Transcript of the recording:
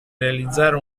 realizzare